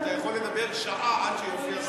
אתה יכול לדבר שעה עד שיופיע שר.